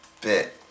bit